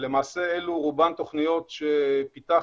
למעשה אלה רובן תכניות שפיתחנו,